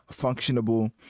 functionable